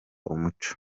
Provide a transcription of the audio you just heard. umuco